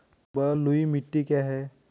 बलुई मिट्टी क्या है?